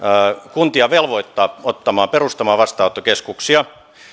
kuntia velvoittaa perustamaan vastaanottokeskuksia